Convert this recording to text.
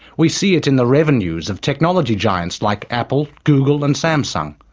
we see it in the revenues of technology giants like apple, google, and samsung.